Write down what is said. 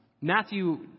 Matthew